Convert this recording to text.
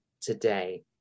today